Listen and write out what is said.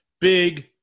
Big